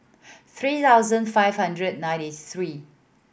three thousand five hundred ninety three